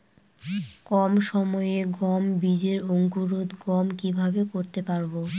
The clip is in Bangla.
কম সময়ে গম বীজের অঙ্কুরোদগম কিভাবে করতে পারব?